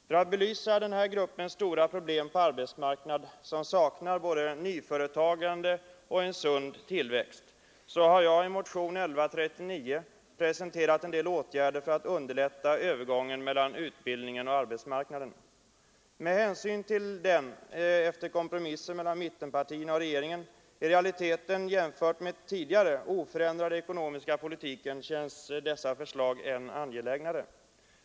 För att belysa den gruppens stora problem på en arbetsmarknad som saknar både nyföretagande och sund tillväxt har jag i motionen 1139 presenterat en del åtgärder som syftar till att underlätta övergången mellan utbildning och arbetsmarknad. Med hänsyn till den — efter kompromissen mellan mittenpartierna och regeringen — jämfört med tidigare i realiteten oförändrade ekonomiska politiken känns dessa förslag än angelägnare.